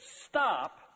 stop